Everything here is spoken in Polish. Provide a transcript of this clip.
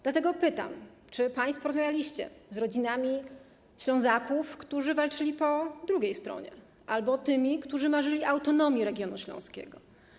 Dlatego pytam: Czy państwo rozmawialiście z rodzinami Ślązaków, którzy walczyli po drugiej stronie, którzy marzyli o autonomii regionu śląskiego?